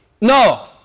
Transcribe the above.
No